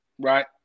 right